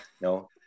No